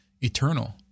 eternal